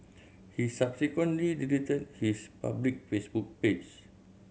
he subsequently deleted his public Facebook page